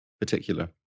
particular